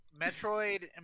Metroid